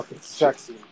sexy